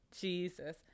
jesus